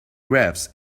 graphs